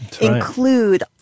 include